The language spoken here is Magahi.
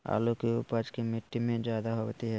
आलु की उपज की मिट्टी में जायदा होती है?